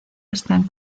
están